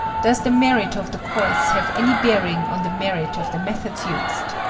does the merit of the course have any bearing on the merit of the methods used?